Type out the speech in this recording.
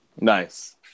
Nice